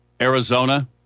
Arizona